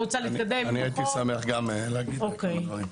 הייתי שמח לומר כמה דברים.